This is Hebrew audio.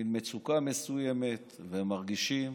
מין מצוקה מסוימת, והם מרגישים